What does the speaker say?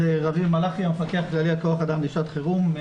רביב מלאכי, המפקח הכללי על כוח אדם בשעת חירום.